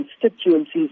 constituencies